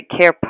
care